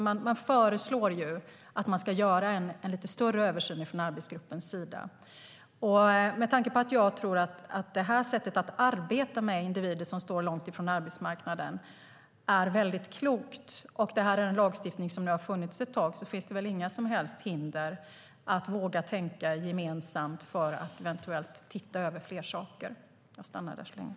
Man föreslår alltså att det ska göras en lite större översyn. Det här sättet att arbeta med individer som står långt ifrån arbetsmarknaden är väldigt klokt. Den här lagstiftningen har funnits ett tag, och det finns väl inga som helst hinder för att våga tänka gemensamt och eventuellt se över flera saker.